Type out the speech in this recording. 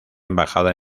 embajada